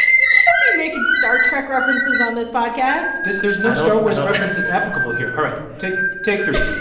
you can't be making star trek references on this podcast this there's no star wars references applicable here. all right. take take three